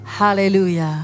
Hallelujah